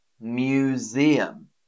Museum